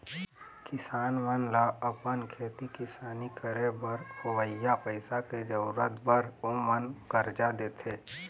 किसान मन ल अपन खेती किसानी करे बर होवइया पइसा के जरुरत बर ओमन करजा देथे